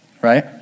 right